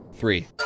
Three